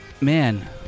man